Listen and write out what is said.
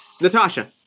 Natasha